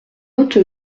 autre